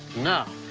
no.